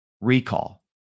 recall